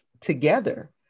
together